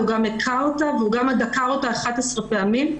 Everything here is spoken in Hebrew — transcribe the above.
גם היכה אותה וגם דקר אותה 11 פעמים.